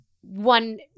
one